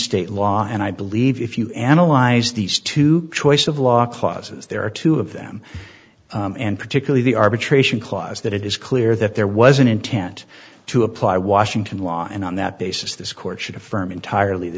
state law and i believe if you analyze these two choice of law clauses there are two of them and particularly the arbitration clause that it is clear that there was an intent to apply washington law and on that basis this court should affirm entirely the